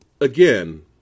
again